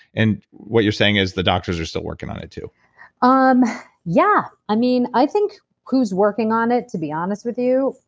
and what you're saying is the doctors are still working on it too ah um yeah. i mean, i think who's working on it, to be honest with you,